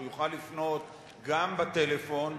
שהוא יוכל לפנות גם בטלפון,